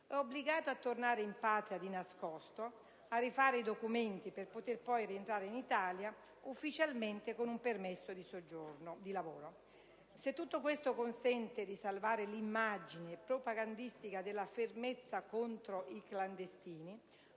è obbligato a tornare in patria di nascosto e a rifare i documenti, per poter poi rientrare in Italia ufficialmente con un permesso di lavoro. Se tutto questo consente di salvare l'immagine propagandistica della fermezza contro i clandestini,